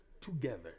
together